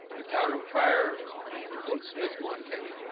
town of pryor and fort smith, montana.